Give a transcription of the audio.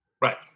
Right